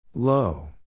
Low